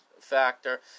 factor